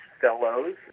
Fellows